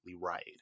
right